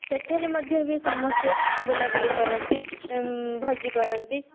ସେଠାରେ ମଧ୍ୟ ବି ସମସ୍ତେ ବୁଲା ବୁଲି କରନ୍ତି ଭୋଜି କରନ୍ତି